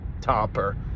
topper